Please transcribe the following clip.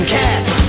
cats